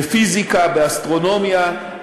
בפיזיקה, באסטרונומיה,